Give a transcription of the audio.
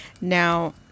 Now